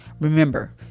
Remember